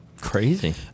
Crazy